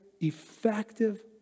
effective